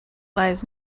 lies